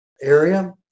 area